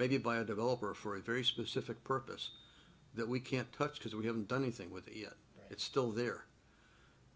maybe by a developer for a very specific purpose that we can't touch because we haven't done anything with it yet it's still there